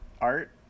art